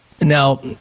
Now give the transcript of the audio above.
Now